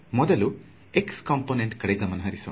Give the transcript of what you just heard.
ಮೊದಲು x component ಕಡೆ ಗಮನ ಹರಿಸೋಣ